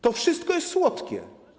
To wszystko jest słodkie.